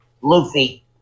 Luffy